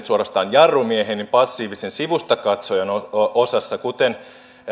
suorastaan jarrumiehen niin passiivisen sivustakatsojan osassa kuten